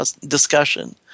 discussion